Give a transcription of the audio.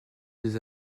des